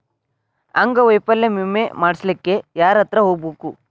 ಅಂಗವೈಫಲ್ಯ ವಿಮೆ ಮಾಡ್ಸ್ಲಿಕ್ಕೆ ಯಾರ್ಹತ್ರ ಹೊಗ್ಬ್ಖು?